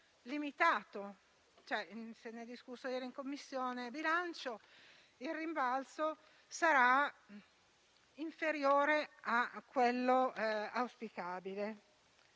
limitato - se n'è discusso ieri in Commissione bilancio - e sarà inferiore a quello auspicabile.